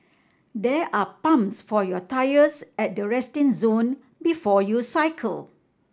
there are pumps for your tyres at the resting zone before you cycle